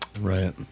Right